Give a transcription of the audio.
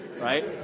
right